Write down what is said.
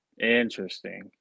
Interesting